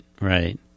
Right